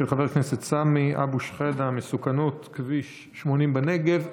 של חבר הכנסת סמי אבו שחאדה: מסוכנות כביש 80 בנגב,